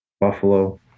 buffalo